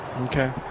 Okay